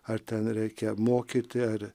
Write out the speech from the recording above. ar ten reikia mokyti ar